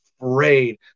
afraid